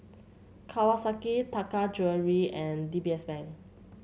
Kawasaki Taka Jewelry and D B S Bank